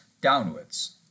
downwards